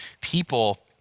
people